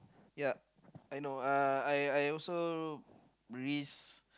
yep I know uh I I I also risk